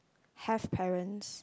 have parents